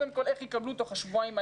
קודם כל איך יקבלו תוך השבועיים האלה?